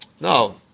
No